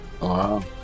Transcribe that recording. Wow